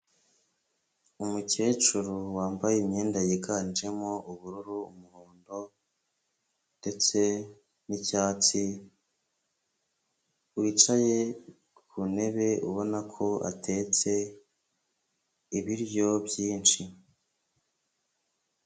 Umukecuru wambaye imyenda yiganjemo ubururu, umuhondo ndetse n'icyatsi, wicaye ku ntebe, ubona ko atetse ibiryo byinshi.